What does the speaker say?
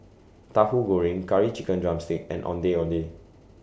Tahu Goreng Curry Chicken Drumstick and Ondeh Ondeh